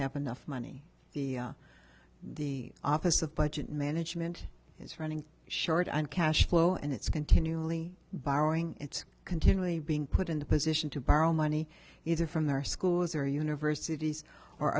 if money the the office of budget management is running short on cash flow and it's continually borrowing it's continually being put in the position to borrow money either from their schools or universities or